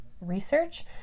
research